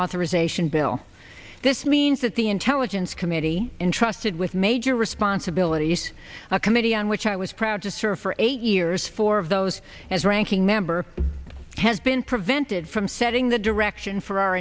authorization bill this means that the intelligence committee entrusted with major responsibilities a committee on which i was proud to serve for eight years four of those as ranking member has been prevented from setting the direction for our